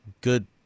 good